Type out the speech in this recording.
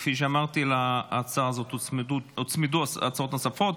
כפי שאמרתי, להצעה הזאת הוצמדו הצעות נוספות.